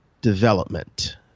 development